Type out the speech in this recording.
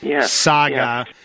saga